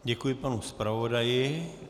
Děkuji panu zpravodaji.